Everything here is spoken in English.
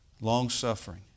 long-suffering